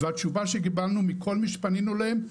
והתשובה שקיבלנו מכל מי שפנינו אליהם: